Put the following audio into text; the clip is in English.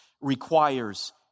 requires